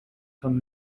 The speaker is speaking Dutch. van